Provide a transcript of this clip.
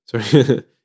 Sorry